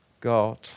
God